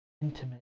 intimate